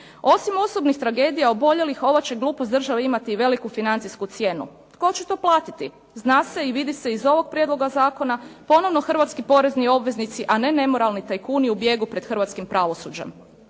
Osim osobnih tragedija oboljelih ova će glupost države imati i veliku financijsku cijenu. Tko će to platiti? Zna se i vidi se iz ovog prijedloga zakona, ponovno hrvatski porezni obveznici, a ne nemoralni tajkuni u bijegu pred hrvatskim pravosuđem.